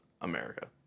America